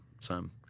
sam